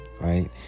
right